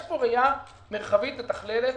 יש פה ראייה מרחבית מתכללת